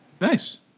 Nice